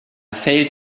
failed